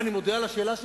אני מודה על השאלה שלך.